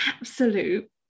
absolute